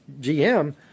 GM